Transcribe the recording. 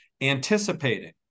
anticipating